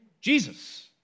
Jesus